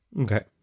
Okay